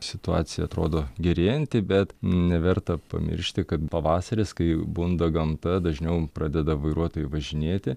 situacija atrodo gerėjanti bet neverta pamiršti kad pavasaris kai bunda gamta dažniau pradeda vairuotojai važinėti